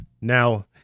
Now